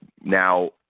now